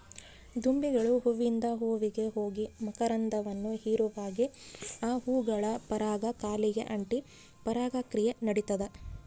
ದುಂಬಿಗಳು ಹೂವಿಂದ ಹೂವಿಗೆ ಹೋಗಿ ಮಕರಂದವನ್ನು ಹೀರುವಾಗೆ ಆ ಹೂಗಳ ಪರಾಗ ಕಾಲಿಗೆ ಅಂಟಿ ಪರಾಗ ಕ್ರಿಯೆ ನಡಿತದ